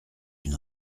une